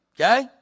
Okay